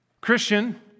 Christian